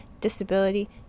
disability